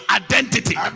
identity